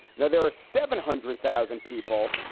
now there are seven hundred thousand people,